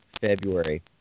February